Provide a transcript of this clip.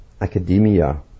academia